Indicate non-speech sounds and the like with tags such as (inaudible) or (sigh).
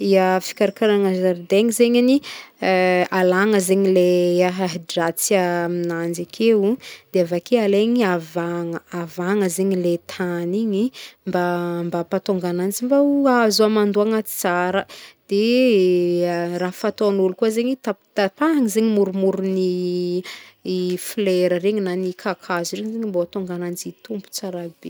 Ya, fikarakaragna zaridaigna zegny agny (hesitation) alagna zegny le ahiahidratsy amignanjy akeo, de avake alaigny, avahagna avahagna zegny le tany igny mba- mba ampahatonga agnanjy mba ho ahazo amandoagna tsara, de (hesitation) raha fataon'ôlo koa zegny tapitapahigna zegny môrômôrôn'i (hesitation) flera regny na ny kakazo regny mbô ahatonga agnanjy hitombo tsara be.